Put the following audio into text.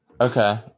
Okay